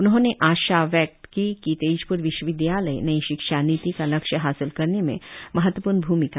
उन्होंने आशा प्रकट की कि तेजप्र विश्वविद्यालय नई शिक्षा नीति का लक्ष्य हासिल करने में महत्वपूर्ण भ्रमिका निभायेगा